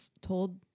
told